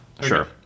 Sure